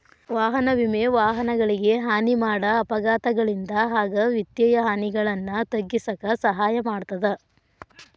ವಾಹನ ವಿಮೆ ವಾಹನಗಳಿಗೆ ಹಾನಿ ಮಾಡ ಅಪಘಾತಗಳಿಂದ ಆಗ ವಿತ್ತೇಯ ಹಾನಿಗಳನ್ನ ತಗ್ಗಿಸಕ ಸಹಾಯ ಮಾಡ್ತದ